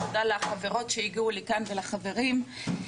לחברות שהגיעו לכאן ולחברים.